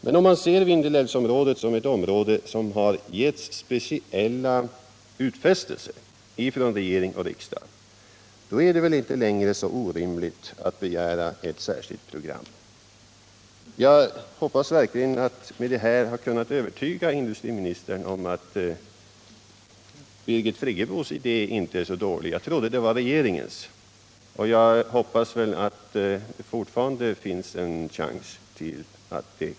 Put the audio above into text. Men om man ser Vindelälvsområdet som ett område som fått speciella utfästelser av regering och riksdag, är det väl inte längre så orimligt att begära ett särskilt program. Jag hoppas verkligen att jag med detta har kunnat övertyga industriministern om att Birgit Friggebos idé inte är så dålig. Jag trodde att det var regeringens idé, och jag hoppas fortfarande att det finns en chans att så är fallet.